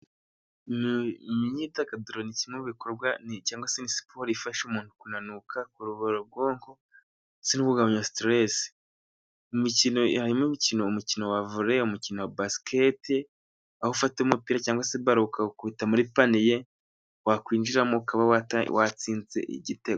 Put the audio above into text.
Imyidagaduro ni kimwe mu bikorwa cyangwa se siporo ifasha umuntu kunanuka, kuruhura ubwonko, ndetse no kugabanya siteresi. Mu mikino harimo imikino, umukino wa vore, umukino wa basiketi, aho ufata umupira cyangwa se baro ukawukubita muri paniye wakwinjiramo ukaba watsinze igitego.